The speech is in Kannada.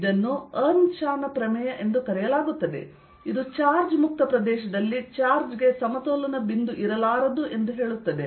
ಇದನ್ನು ಅರ್ನ್ಶಾ ನ ಪ್ರಮೇಯ ಎಂದು ಕರೆಯಲಾಗುತ್ತದೆ ಇದು ಚಾರ್ಜ್ ಮುಕ್ತ ಪ್ರದೇಶದಲ್ಲಿ ಚಾರ್ಜ್ಗೆ ಸಮತೋಲನ ಬಿಂದು ಇರಲಾರದು ಎಂದು ಹೇಳುತ್ತದೆ